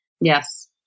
Yes